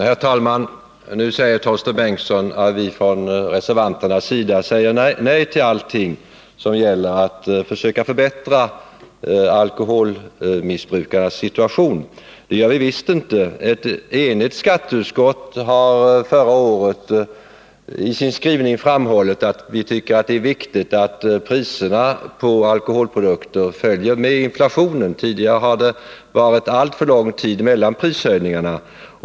Herr talman! Torsten Bengtson påstår att vi från reservanternas sida säger nej till allting som gäller att försöka förbättra alkoholmissbrukarnas situation. Det gör vi visst inte. Ett enigt skatteutskott har förra året i sin skrivning framhållit att vi tycker att det är viktigt att priserna på alkoholprodukter följer med inflationen. Tidigare har det varit alltför lång tid mellan prishöjningarna.